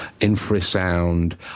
infrasound